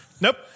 Nope